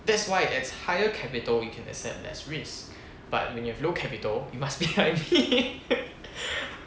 that's why it's higher capital you can accept less risk but when you have low capital you must be like me